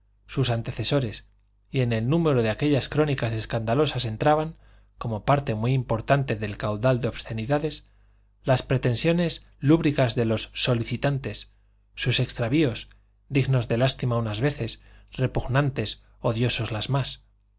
sus antecesores y en el número de aquellas crónicas escandalosas entraban como parte muy importante del caudal de obscenidades las pretensiones lúbricas de los solicitantes sus extravíos dignos de lástima unas veces repugnantes odiosos las más